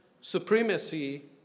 supremacy